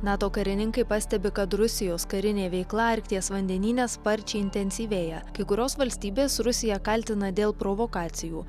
nato karininkai pastebi kad rusijos karinė veikla arkties vandenyne sparčiai intensyvėja kai kurios valstybės rusiją kaltina dėl provokacijų